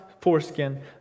foreskin